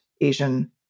Asian